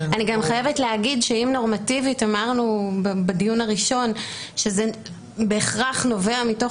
אני גם חייבת להגיד שאם אמרנו נורמטיבית בדיון הראשון שזה בהכרח נובע מתוך